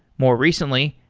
more recently,